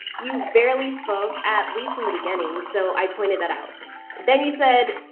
you barely spoke, at least in the beginning, so i pointed that out. and then you said,